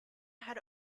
had